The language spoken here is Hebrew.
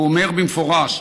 הוא אומר במפורש: